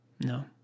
No